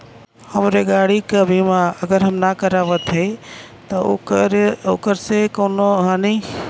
हमरे गाड़ी क बीमा अगर हम ना करावत हई त ओकर से कवनों हानि?